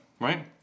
Right